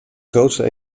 grootste